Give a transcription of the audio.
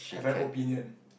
have an opinion